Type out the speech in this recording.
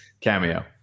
cameo